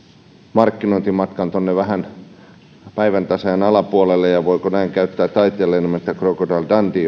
markkinointimatkan tuonne vähän päiväntasaajan alapuolelle voiko näin käyttää ministeristä taiteilijanimeä crocodile dundee